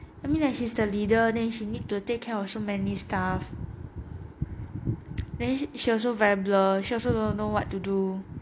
I mean like she's the leader then she need to take care of so many staffs then she also very blur also don't know what to do